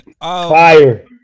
Fire